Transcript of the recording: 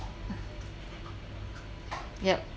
uh yup